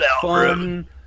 fun